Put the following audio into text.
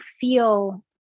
feel